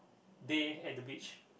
day at the beach